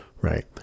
right